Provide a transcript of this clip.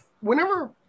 Whenever